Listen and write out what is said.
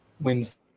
wins